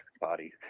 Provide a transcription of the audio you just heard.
body